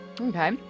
Okay